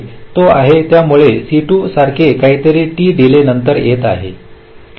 तो आहे त्यामुळे या C2 सारखे काहीतरी t डीले नंतर येत आहे